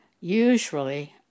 Usually